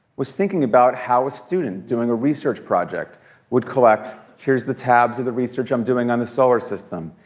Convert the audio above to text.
was thinking about how a student doing a research project would collect. here's the tabs of the research i'm doing on the solar system.